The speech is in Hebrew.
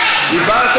אני קורא גם אותך,